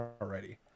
already